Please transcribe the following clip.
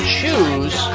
choose